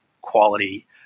quality